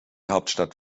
hauptstadt